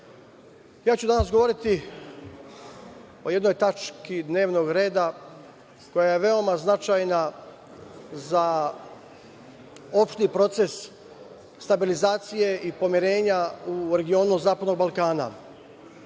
danas ću govoriti o jednoj tački dnevnog reda koja je veoma značajna za opšti proces stabilizacije i pomirenja u regionu zapadnog Balkana.